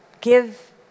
give